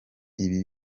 ibi